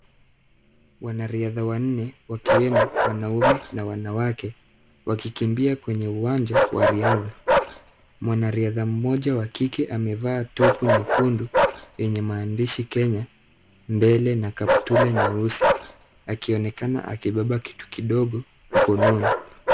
Wanariadha wanne wakiwemo wanaume na wanawake wakikimbia kwenye uwanja wa riadha. Mwanariadha mmoja wa kike amevaa topu nyekundu yenye maandishi Kenya mbele na kaptura nyeusi, akionekana akibeba kitu kidogo mkononi.